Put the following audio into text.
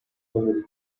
memory